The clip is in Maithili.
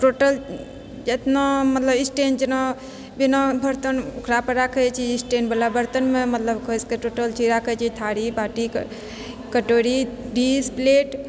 टोटल जतना मतलब स्टैण्ड जेना बिना बर्तन ओकरापर राखैत छी स्टैण्डवला बर्तनमे मतलब खोँसि कऽ टोटल चीज राखैत छी थारी बाटी कटोरी डिस प्लेट